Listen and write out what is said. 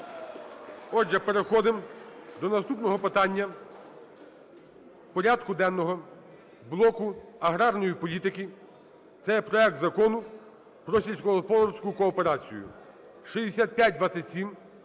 Отже, переходимо до наступного питання порядку денного блоку аграрної політики - це проект Закону про сільськогосподарську кооперацію (6527,